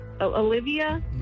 Olivia